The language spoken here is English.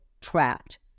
trapped